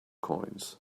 coins